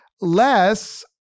less